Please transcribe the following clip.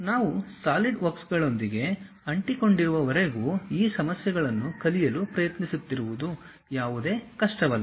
ನಾವು ಸಾಲಿಡ್ವರ್ಕ್ಗಳೊಂದಿಗೆ ಅಂಟಿಕೊಂಡಿರುವವರೆಗೂ ಈ ಸಮಸ್ಯೆಗಳನ್ನು ಕಲಿಯಲು ಪ್ರಯತ್ನಿಸುತ್ತಿರುವುದು ಯಾವುದೇ ಕಷ್ಟವಲ್ಲ